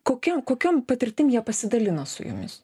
kokia kokiom patirtim jie pasidalino su jumis